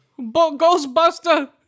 Ghostbuster